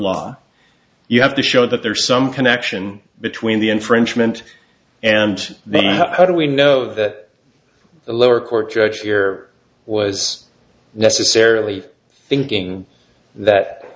law you have to show that there is some connection between the infringement and then how do we know that the lower court judge here was necessarily thinking that